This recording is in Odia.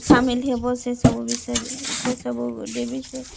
ସାମିଲ ହେବ ସେସବୁ ବିଷୟରେ ସେସବୁ ଡେବି ସେ